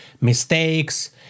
mistakes